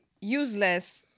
useless